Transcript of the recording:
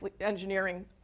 engineering